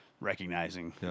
recognizing